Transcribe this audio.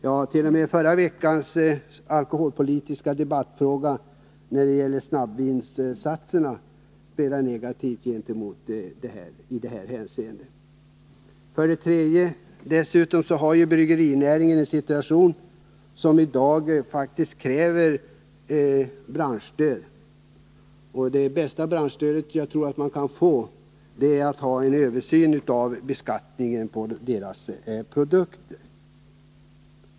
Ja, t.o.m. snabbvinsatserna, som var utgångspunkten för förra veckans alkoholpolitiska debatt, spelar en negativ roll i det här hänseendet. 3. Bryggerinäringen är i en situation som i dag faktiskt kräver branschstöd, och jag tror att det bästa branschstöd som näringen kan få är en översyn av beskattningen på näringens produkter.